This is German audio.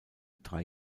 drei